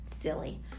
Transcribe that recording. silly